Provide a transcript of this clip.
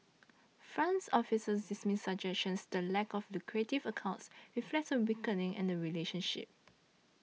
France officers dismiss suggestions the lack of lucrative accords reflects a weakening in the relationship